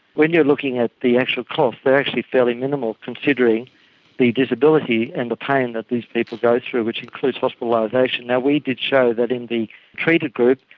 when you're looking at the actual costs they are actually fairly minimal considering the disability and the pain that these people go through which includes hospitalisation. we did show that in the treated group,